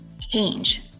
change